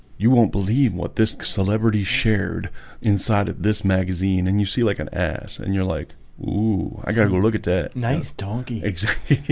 you won't believe what this celebrity shared inside of this magazine, and you see like an ass, and you're like i gotta go look at that nice doggy exactly